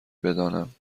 بدانم